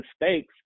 mistakes